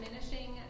diminishing